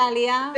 למחלקת העלייה.